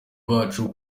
bacu